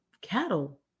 cattle